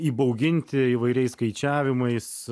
įbauginti įvairiais skaičiavimais